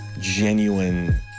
genuine